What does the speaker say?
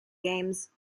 games